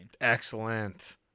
Excellent